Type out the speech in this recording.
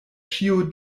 ĉio